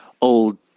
old